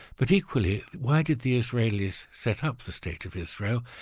but equally, why did the israelis set up the state of israel?